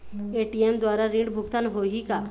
ATM द्वारा ऋण भुगतान होही का?